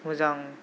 मोजां